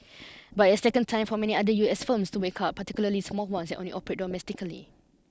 but it has taken time for many other U S firms to wake up particularly small ones that only operate domestically